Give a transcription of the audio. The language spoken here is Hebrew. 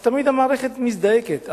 אז תמיד המערכת מזדעקת.